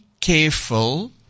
careful